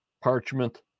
parchment